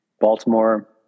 Baltimore